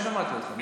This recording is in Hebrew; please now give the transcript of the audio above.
לא שמעתי אותך.